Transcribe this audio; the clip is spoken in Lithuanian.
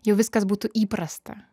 jau viskas būtų įprasta